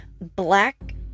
black